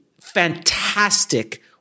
fantastic